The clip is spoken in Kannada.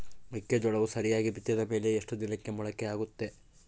ಮೆಕ್ಕೆಜೋಳವು ಸರಿಯಾಗಿ ಬಿತ್ತಿದ ಮೇಲೆ ಎಷ್ಟು ದಿನಕ್ಕೆ ಮೊಳಕೆಯಾಗುತ್ತೆ?